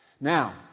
Now